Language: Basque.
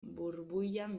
burbuilan